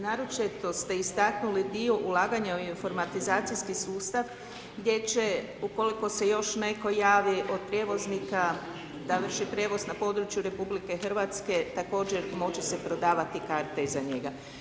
Naročito ste istaknuli dio ulaganja u informatizacijski sustav gdje će ukoliko se još netko javi od prijevoznika da vrši prijevoz na području RH, također moći se prodavati karte i za njega.